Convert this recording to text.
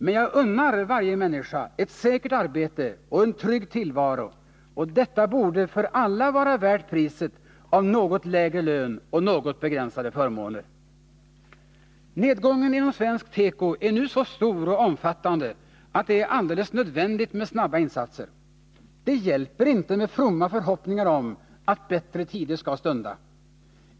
Men jag unnar varje människa ett säkert arbete och en trygg tillvaro — och detta borde för alla vara värt priset av något lägre lön och något begränsade förmåner. Nedgången inom svensk teko är nu så stor och omfattande att det är alldeles nödvändigt med snabba insatser. Det hjälper inte med fromma förhoppningar om att bättre tider skall stunda.